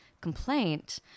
complaint